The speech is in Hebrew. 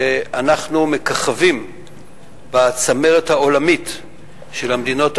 שאנחנו מככבים בצמרת העולמית של המדינות המפותחות: